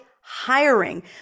hiring